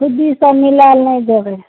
खुद्दीसब मिलाएल नहि देबै